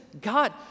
God